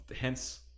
Hence